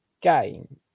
game